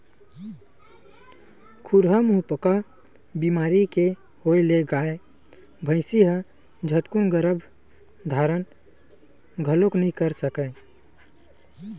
खुरहा मुहंपका बेमारी के होय ले गाय, भइसी ह झटकून गरभ धारन घलोक नइ कर सकय